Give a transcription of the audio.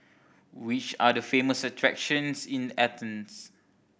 which are the famous attractions in Athens